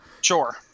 Sure